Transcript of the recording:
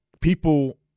people